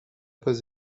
pas